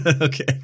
okay